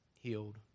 healed